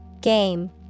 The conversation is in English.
Game